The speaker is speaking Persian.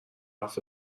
حرف